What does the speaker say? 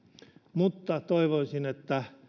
mutta toivoisin että